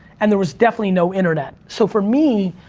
and there was definitely no internet. so, for me,